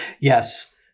Yes